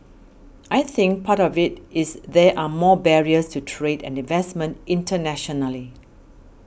I think part of it is there are more barriers to trade and investment internationally